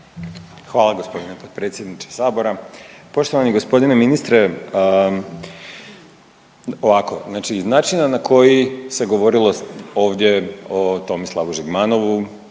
Hvala gospodine potpredsjedniče sabora. Poštovani gospodine ministre, ovako iz načina na koji se govorilo ovdje o Tomislavu Žigmanovu,